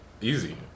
Easy